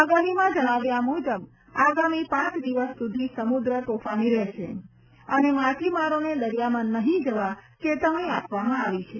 આગાહીમાં જણાવ્યા મુજબ આગામી પાંચ દિવસ સુધી સમુદ્ર તોફાની રહેશે અને માછીમારોને દરિયામાં નહીં જવા ચેતવણી આપવામાં આવી છે